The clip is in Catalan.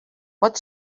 pot